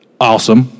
awesome